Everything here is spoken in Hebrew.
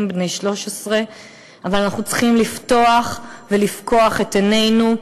בני 13. אבל אנחנו צריכים לפתוח ולפקוח את עינינו.